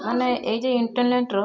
ମାନେ ଏଇ ଯେ ଇଣ୍ଟରର୍ନେଟ୍ ର